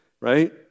right